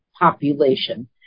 population